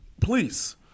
please